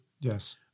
Yes